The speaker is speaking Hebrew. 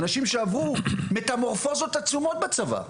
אנשים שעברו מטה-מורפוזות עצומות בצבא.